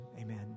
amen